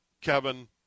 Kevin